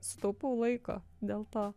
sutaupau laiko dėl to